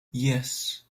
yes